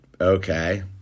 Okay